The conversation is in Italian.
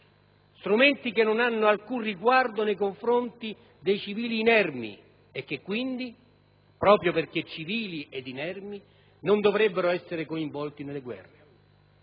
strumenti che non hanno alcun riguardo nei confronti dei civili inermi e che quindi, proprio perché civili ed inermi, non dovrebbero essere coinvolti nelle guerre.